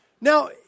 Now